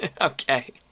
Okay